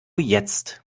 jetzt